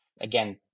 again